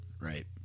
Right